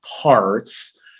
parts